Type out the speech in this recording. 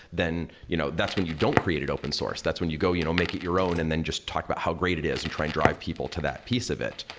then you know that's when you don't created open source. that's when you go, you know make it your own and then just talk about how great it is and try and drive people to that piece of it.